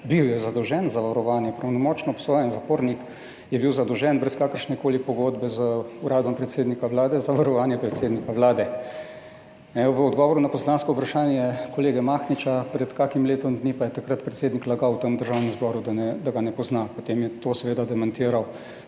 bil je zadolžen za varovanje, pravnomočno obsojen, zapornik je bil zadolžen brez kakršnekoli pogodbe z Uradom predsednika Vlade za varovanje predsednika Vlade. V odgovoru na poslansko vprašanje kolega Mahniča pred kakšnim letom dni, pa je takrat predsednik lagal v tem Državnem zboru, da ga ne pozna. Potem je to seveda demantiral